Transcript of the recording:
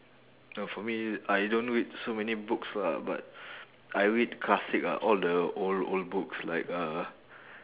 no for me I don't read so many books lah but I read classic ah all the old old books like uh